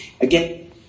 Again